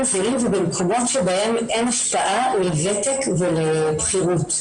--- ובמקומות שבהם אין השפעה לוותק ולבכירות.